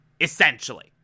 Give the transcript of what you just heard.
Essentially